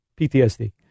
PTSD